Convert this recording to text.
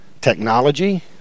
technology